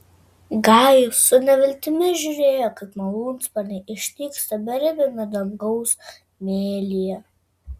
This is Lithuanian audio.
gajus su neviltimi žiūrėjo kaip malūnsparniai išnyksta beribiame dangaus mėlyje